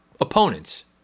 opponents